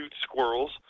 squirrels